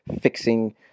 fixing